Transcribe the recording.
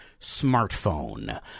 smartphone